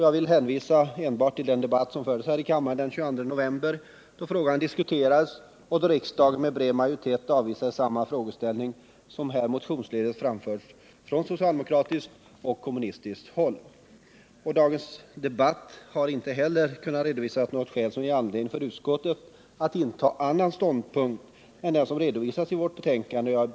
Jag vill hänvisa till den debatt som fördes här i kammaren den 22 november, då frågan diskuterades och då riksdagen med bred majoritet avvisade samma framställning som här motionsledes framförts från socialdemokratiskt och kommunistiskt håll. Dagens debatt har inte heller den kunnat uppvisa någon omständighet som ger anledning för utskottet att inta annan ståndpunkt än den som redovisas i vårt betänkande. Herr talman!